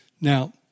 Now